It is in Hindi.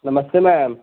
नमस्ते मैम